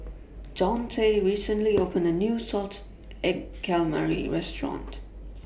Daunte recently opened A New Salted Egg Calamari Restaurant